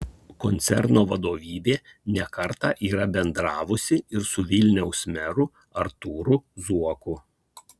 koncerno vadovybė ne kartą yra bendravusi ir su vilniaus meru artūru zuoku